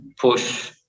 push